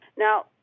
Now